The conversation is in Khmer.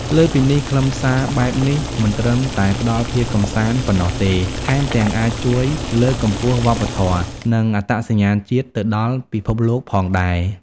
លើសពីនេះ ខ្លឹមសារបែបនេះមិនត្រឹមតែផ្តល់ភាពកម្សាន្តប៉ុណ្ណោះទេ ថែមទាំងអាចជួយលើកកម្ពស់វប្បធម៌ និងអត្តសញ្ញាណជាតិទៅដល់ពិភពលោកផងដែរ។